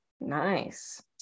Nice